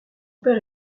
père